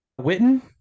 Witten